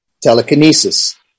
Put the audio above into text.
telekinesis